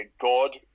God